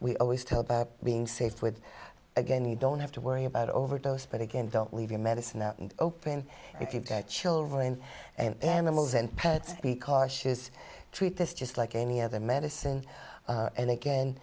we always tell being safe with again you don't have to worry about overdose but again don't leave your medicine open if you've got children and animals and pets be cautious treat this just like any other medicine and again